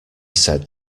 said